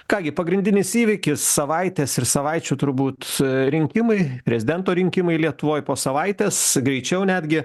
ką gi pagrindinis įvykis savaitės ir savaičių turbūt rinkimai prezidento rinkimai lietuvoj po savaitės greičiau netgi